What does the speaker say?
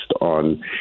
on